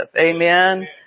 Amen